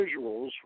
visuals